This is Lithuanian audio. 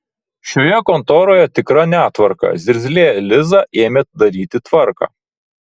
šioje kontoroje tikra netvarka zirzlė liza ėmė daryti tvarką